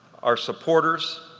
our supporters,